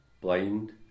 blind